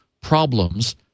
problems